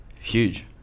Huge